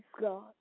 God